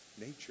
nature